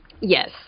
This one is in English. Yes